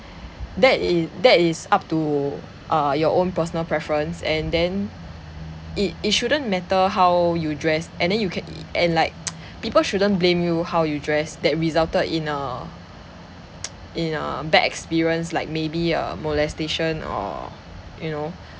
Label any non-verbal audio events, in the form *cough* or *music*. that is that is up to uh your own personal preference and then it it shouldn't matter how you dress and then you can and like *noise* people shouldn't blame you how you dress that resulted in a *noise* in a bad experience like maybe a molestation or you know